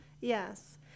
Yes